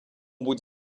будь